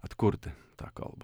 atkurti tą kalbą